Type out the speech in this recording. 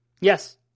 Yes